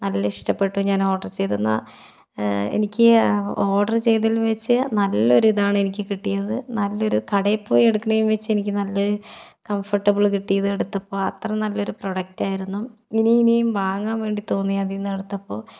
നല്ല ഇഷ്ടപ്പെട്ടു ഞാൻ ഓർഡർ ചെയ്തിരുന്ന എനിക്ക് ഓർഡർ ചെയ്തതിൽ വെച്ച് നല്ലൊരു ഇതാണ് എനിക്ക് കിട്ടിയത് നല്ലൊരു കടയിൽ പോയി എടുക്കുന്നതിൽ വെച്ച് എനിക്ക് നല്ലൊരു കംഫർട്ടബിൾ കിട്ടി ഇതെടുത്തപ്പോൾ അത്ര നല്ലൊരു പ്രോഡക്റ്റായിരുന്നു ഇനി ഇനിയും വാങ്ങാൻ വേണ്ടി തോന്നി അതിൽ നിന്ന് എടുത്തപ്പോൾ